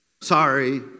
sorry